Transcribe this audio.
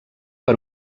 per